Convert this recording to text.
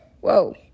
Whoa